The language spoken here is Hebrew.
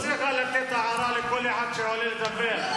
את לא צריכה לתת הערה לכל אחד שעולה לדבר.